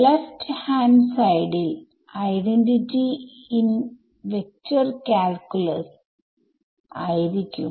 LHS ൽ identity in vector calculus ആയിരിക്കും